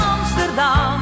Amsterdam